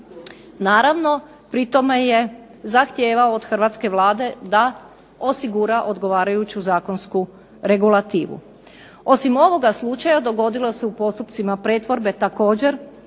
Naravno, pri tome je zahtijevao od hrvatske Vlade da osigura odgovarajuću zakonsku regulativu. Osim ovoga slučaja dogodilo se u postupcima pretvorbe također